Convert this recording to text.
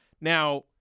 Now –